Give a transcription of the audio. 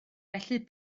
felly